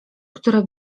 które